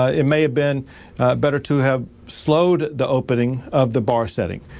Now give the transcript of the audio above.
ah it may have been better to have slowed the opening of the bar setting.